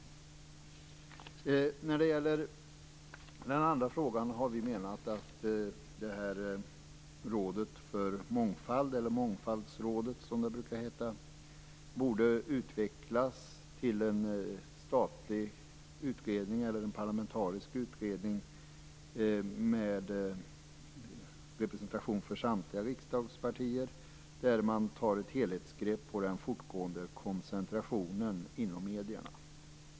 När det gäller den andra frågan anser vi att Rådet för mångfald, Mångfaldsrådet, borde utvecklas till en statlig utredning eller en parlamentarisk utredning med representation för samtliga riksdagspartier där man tar ett helhetsgrepp på den fortgående koncentrationen inom medierna.